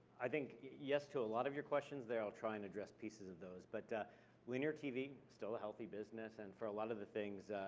i think yes to a lot of your questions there. i'll try and address pieces of those. but linear tv, still a healthy business, and for a lot of the things,